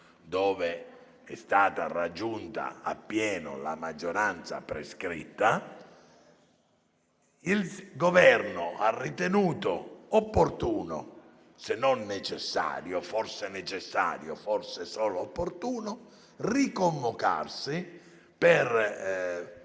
dove è stata raggiunta appieno la maggioranza prescritta, il Governo ha ritenuto opportuno, se non necessario - forse necessario, forse solo opportuno - riconvocarsi per